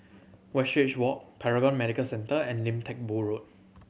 Westridge Walk Paragon Medical Centre and Lim Teck Boo Road